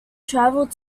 traveled